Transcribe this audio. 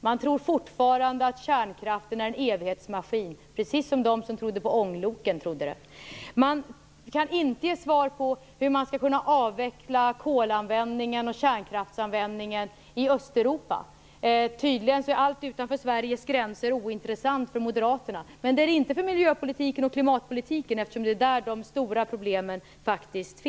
Man tror fortfarande att kärnkraften är en evighetsmaskin, precis som de som trodde på ångloken trodde. Man kan inte svara på hur man skall kunna avveckla kolanvändningen och kärnkraftsanvändningen i Östeuropa. Tydligen är allt utanför Sveriges gränser ointressant för Moderaterna, men det är det inte för miljöpolitiken och klimatpolitiken eftersom det är där som de stora problemen finns.